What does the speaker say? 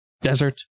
desert